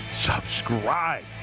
subscribe